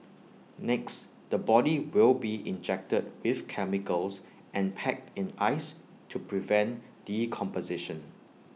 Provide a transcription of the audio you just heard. next the body will be injected with chemicals and packed in ice to prevent decomposition